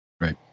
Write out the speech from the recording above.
right